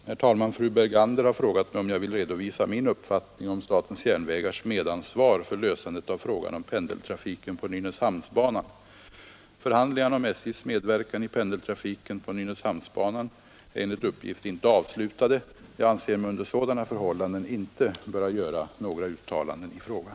Herr talman! Fru Bergander har frågat mig om jag vill redovisa min uppfattning om SJ:s medansvar för lösandet av frågan om pendeltrafiken på Nynäshamnsbanan. Förhandlingarna om SJ:s medverkan i pendeltrafiken på Nynäshamnsbanan är enligt uppgift inte avslutade. Jag anser mig under sådana förhållanden inte böra göra några uttalanden i frågan.